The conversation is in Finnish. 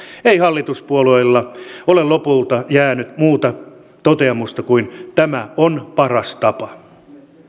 ei hallituspuolueilla ole lopulta jäänyt muuta toteamusta kuin tämä on paras tapa